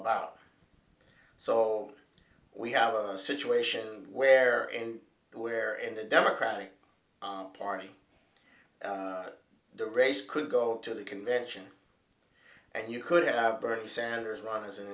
about so we have a situation where and where in the democratic party the race could go to the convention and you could have berg sanders run as an